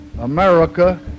America